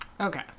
okay